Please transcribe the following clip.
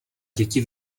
děti